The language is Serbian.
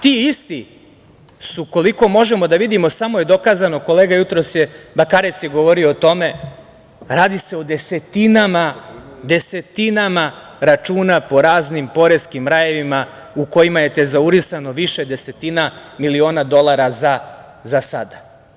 Ti isti su, koliko možemo da vidimo, samo je dokazano, kolega Bakarec je jutros govorio o tome, radi se o desetinama računa po raznim poreskim rajevima u kojima je tezaurisano više desetina miliona dolara za sada.